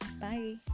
Bye